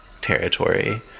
territory